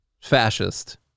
fascist